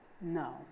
no